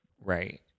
right